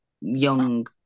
young